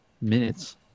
minutes